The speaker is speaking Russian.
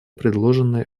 предложенной